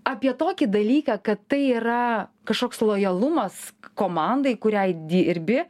apie tokį dalyką kad tai yra kažkoks lojalumas komandai kuriai dirbi